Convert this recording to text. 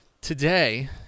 Today